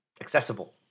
accessible